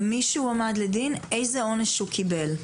ומי שהועמד לדין, איזה עונש הוא קיבל.